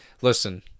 Listen